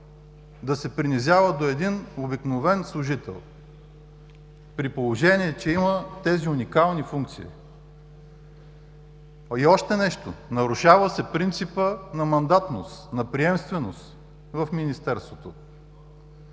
Да се принизява до един обикновен служител, при положение, че има тези уникални функции! И още нещо – нарушава се принципът на мандатност, на приемственост в Министерството.